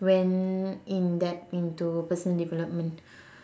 went in depth into personal development